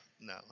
no